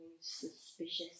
suspicious